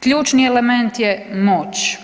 Ključni element je moć